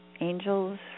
angels